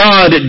God